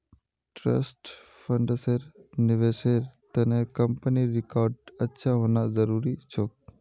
trust फंड्सेर निवेशेर त न कंपनीर रिकॉर्ड अच्छा होना जरूरी छोक